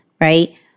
right